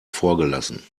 vorgelassen